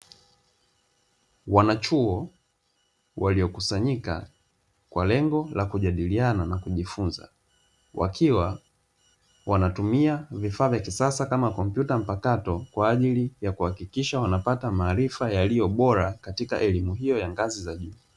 Wanachuo waliokusanyika kwa lengo la kujadiliana na kujifunza, wakiwa wanatumia vifaa vya kisasa kama kompyuta mpakato kwa ajili ya kuhakikisha unapata maarifa yaliyobora katika elimu hiyo ya ngazi za juu.